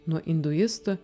nuo induistų